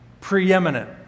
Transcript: preeminent